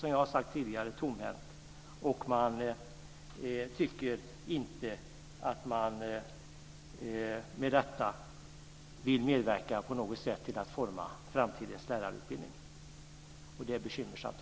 Man står tomhänt, och man tycker inte att man med detta vill medverka till att forma framtidens lärarutbildning. Det är bekymmersamt.